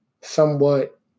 somewhat